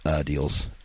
deals